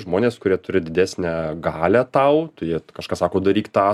žmonės kurie turi didesnę galią tau tai jie kažką sako daryk tą